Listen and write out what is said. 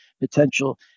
potential